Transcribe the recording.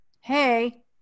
hey